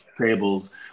tables